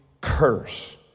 curse